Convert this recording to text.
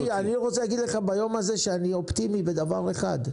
ביום הזה אני אופטימי בדבר אחד: